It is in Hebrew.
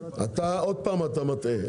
עוד פעם אתה מטעה.